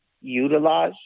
utilize